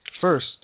First